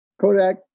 Kodak